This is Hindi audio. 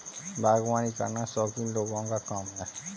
बागवानी करना शौकीन लोगों का काम है